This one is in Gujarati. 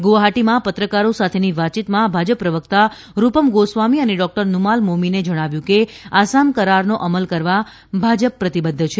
ગુવાહાટીમાં પત્રકારો સાથેની વાતચીતમાં ભાજપ પ્રવક્તા રૂપમ ગોસ્વામી અને ડોક્ટર નુમાલ મોમીને જણાવ્યું કે આસામ કરારનો અમલ કરવા ભાજપ પ્રતિબદ્ધ છે